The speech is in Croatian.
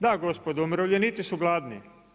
Da, gospodo, umirovljenici su gladni.